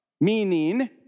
meaning